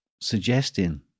suggesting